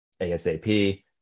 ASAP